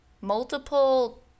multiple